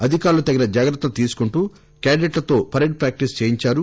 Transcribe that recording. అధికారులు తగిన జాగ్రత్తలు తీసుకుంటూ కేడట్లతో పరేడ్ ప్రాక్టీస్ చేయించారు